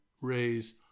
raise